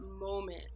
moment